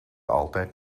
altijd